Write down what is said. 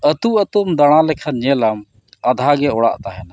ᱟᱛᱳᱼᱟᱛᱳᱢ ᱫᱟᱬᱟ ᱞᱮᱠᱷᱟᱱ ᱧᱮᱞᱟᱢ ᱟᱫᱷᱟ ᱜᱮ ᱚᱲᱟᱜ ᱛᱟᱦᱮᱱᱟ